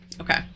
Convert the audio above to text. Okay